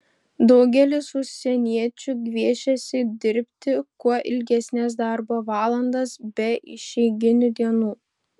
daugelis užsieniečių gviešiasi dirbti kuo ilgesnes darbo valandas be išeiginių dienų